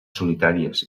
solitàries